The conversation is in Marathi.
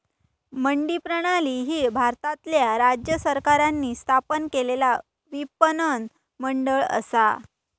मंडी प्रणाली ही भारतातल्या राज्य सरकारांनी स्थापन केलेला विपणन मंडळ असा